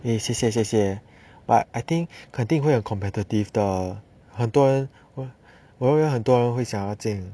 eh 谢谢谢谢 but I think 肯定会很 competitive 的很多人我认为很多人会很想要进